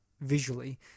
visually